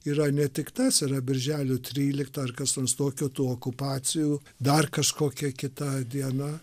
yra ne tik tas yra birželio trylikta ar kas nors tokio tų okupacijų dar kažkokia kita diena